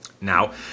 Now